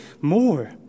more